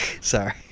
Sorry